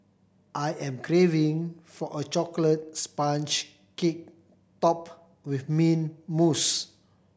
I am craving for a chocolate sponge cake top with mint mousse